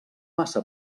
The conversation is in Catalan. massa